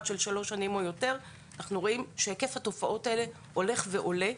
של שלוש שנים או יותר היקף התופעות האלה הולך ועולה.